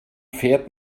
fährt